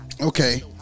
Okay